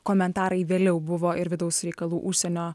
komentarai vėliau buvo ir vidaus reikalų užsienio